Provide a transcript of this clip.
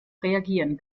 reagieren